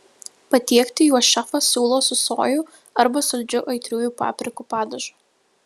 patiekti juos šefas siūlo su sojų arba saldžiu aitriųjų paprikų padažu